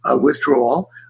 withdrawal